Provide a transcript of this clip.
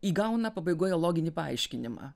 įgauna pabaigoje loginį paaiškinimą